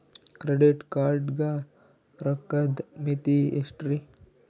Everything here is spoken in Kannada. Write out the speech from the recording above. ಕ್ರೆಡಿಟ್ ಕಾರ್ಡ್ ಗ ರೋಕ್ಕದ್ ಮಿತಿ ಎಷ್ಟ್ರಿ?